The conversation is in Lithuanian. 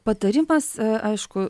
patarimas aišku